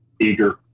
eager